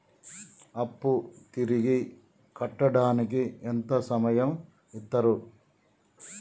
అప్పు తిరిగి కట్టడానికి ఎంత సమయం ఇత్తరు?